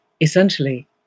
essentially